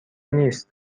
نیست